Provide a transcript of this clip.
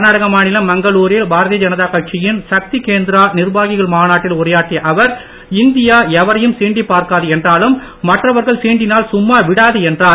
கர்நாடக மாநிலம் மங்களுரில் பாரதிய ஜனதா கட்சியின் சக்தி கேந்திரா நிர்வாகிகள் மாநாட்டில் உரையாற்றிய அவர் இந்தியா எவரையும் சீண்டிப் பார்க்காது என்றாலும் மற்றவர்கள் சீண்டினால் சும்மா விடாது என்றார்